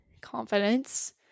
confidence